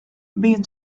been